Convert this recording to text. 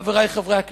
חברי חברי הכנסת: